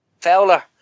Fowler